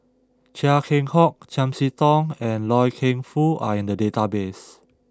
Chia Keng Hock Chiam See Tong and Loy Keng Foo are in the database